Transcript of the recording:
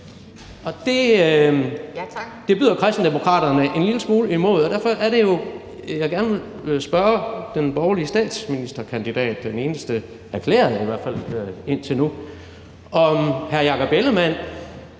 Det byder Kristendemokraterne en lille smule imod, og derfor er det, at jeg gerne vil spørge den borgerlige statsministerkandidat – i hvert fald den eneste erklærede indtil nu – om hr. Jakob Ellemann-Jensen